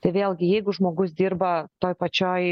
tai vėlgi jeigu žmogus dirba toj pačioj